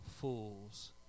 Fool's